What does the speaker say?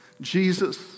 Jesus